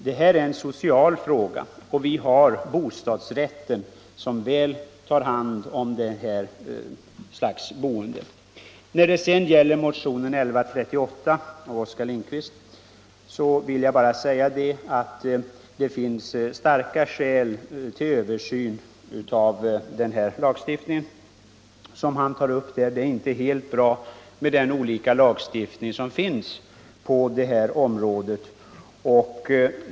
Det gäller här en social fråga och vi har i vårt land bostadsrätten, som väl tar hand om detta slag av boende. När det sedan gäller motionen 1138 av Oskar Lindkvist vill jag bara säga att det finns starka skäl för en sådan översyn av lagstiftningen som han föreslår. Det är inte helt bra med den olikhet i lagstiftningen som Nr 96 råder på det här området.